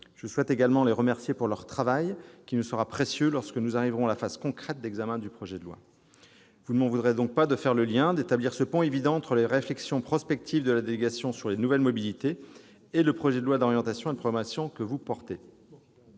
Je souhaite également les remercier pour leur travail, qui nous sera précieux lorsque nous arriverons à la phase concrète d'examen du projet de loi. Vous ne m'en voudrez donc pas de faire le lien, d'établir ce pont évident entre les réflexions prospectives de la délégation sur les nouvelles mobilités et le projet de loi d'orientation et de programmation que vous portez,